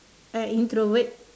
a introvert